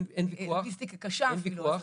לוגיסטיקה קשה אפילו.